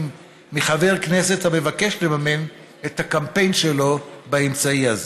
מחבר כנסת המבקש לממן את הקמפיין שלו באמצעי הזה.